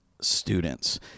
students